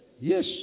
Yes